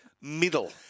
Middle